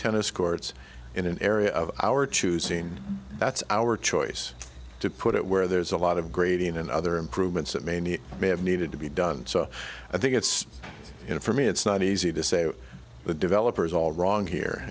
tennis courts in an area of our choosing that's our choice to put it where there's a lot of grading and other improvements that may need may have needed to be done so i think it's you know for me it's not easy to say that the developer is all wrong here